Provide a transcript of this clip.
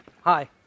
Hi